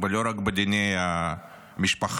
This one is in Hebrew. ולא רק בדיני משפחה.